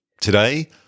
Today